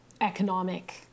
economic